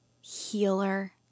healer